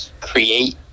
create